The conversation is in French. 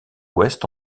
ouest